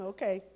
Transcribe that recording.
Okay